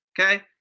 okay